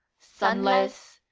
sunless,